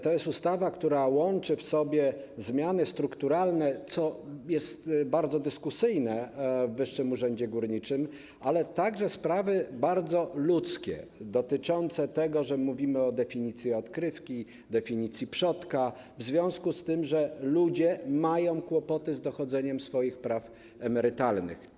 To jest ustawa, która łączy zmiany strukturalne, co jest bardzo dyskusyjne, w Wyższym Urzędzie Górniczym, ze sprawami bardzo ludzkimi dotyczącymi tego, że mówimy o definicji odkrywki, definicji przodka, w związku z tym, że ludzie mają kłopoty z dochodzeniem swoich praw emerytalnych.